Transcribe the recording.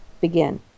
begin